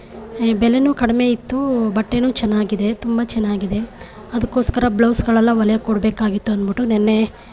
ಬೆಲೆಯೂ ಕಡಿಮೆ ಇತ್ತು ಬಟ್ಟೆಯೂ ಚೆನ್ನಾಗಿದೆ ತುಂಬ ಚೆನ್ನಾಗಿದೆ ಅದಕ್ಕೋಸ್ಕರ ಬ್ಲೌಸ್ಗಳೆಲ್ಲ ಹೊಲೆಯೋಕೆ ಕೊಡಬೇಕಾಗಿತ್ತು ಅಂದ್ಬಿಟ್ಟು ನಿನ್ನೆ